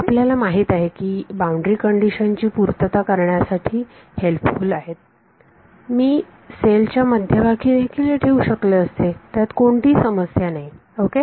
आपल्याला माहित आहे की हे बाउंड्री कंडिशन ची पूर्तता करण्यासाठी हेल्पफुल आहेत मी सेल च्या मध्यभागी देखील हे ठेवू शकले असते त्यात कोणतीही समस्या नाही ओके